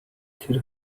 тэр